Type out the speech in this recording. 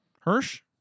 Hirsch